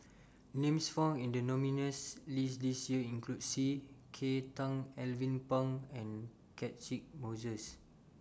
Names found in The nominees' list This Year include C K Tang Alvin Pang and Catchick Moses